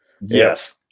Yes